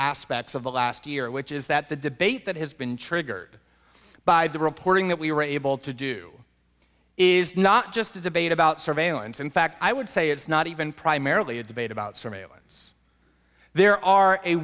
aspects of the last year which is that the debate that has been triggered by the reporting that we were able to do is not just a debate about surveillance in fact i would say it's not even primarily a debate about surveillance there are a